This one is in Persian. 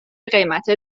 قیمت